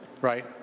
right